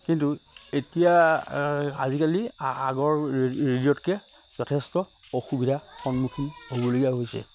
কিন্তু এতিয়া আজিকালি আগৰ ৰেডিঅ'তকে যথেষ্ট অসুবিধাৰ সন্মুখীন হ'বলগীয়া হৈছে